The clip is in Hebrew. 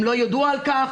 הם לא ידעו על כך,